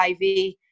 IV